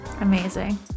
amazing